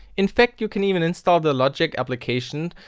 infact you can even install the logic application,